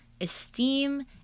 esteem